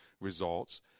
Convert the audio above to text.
results